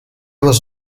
was